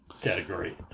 category